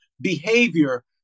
behavior